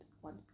one